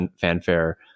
fanfare